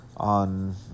On